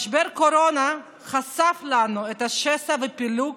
משבר הקורונה חשף לנו את השסע והפילוג